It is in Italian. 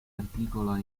articola